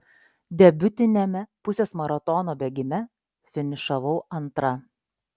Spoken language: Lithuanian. debiutiniame pusės maratono bėgime finišavau antra